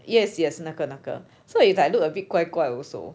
yes yes 那个那个 so it's like look a bit 怪怪 also